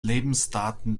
lebensdaten